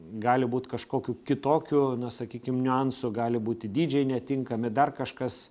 gali būt kažkokių kitokių na sakykim niuansų gali būti dydžiai netinkami dar kažkas